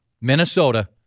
Minnesota